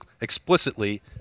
explicitly